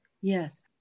Yes